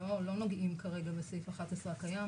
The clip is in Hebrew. לא נוגעים כרגע בסעיף 11 הקיים,